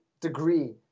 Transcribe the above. degree